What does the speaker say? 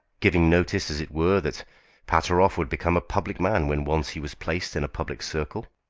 giving notice, as it were, that pateroff would become a public man when once he was placed in a public circle.